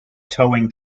towing